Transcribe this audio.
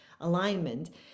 alignment